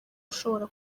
ushobora